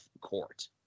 court